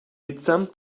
mitsamt